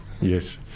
Yes